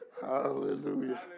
Hallelujah